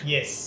Yes